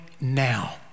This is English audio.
now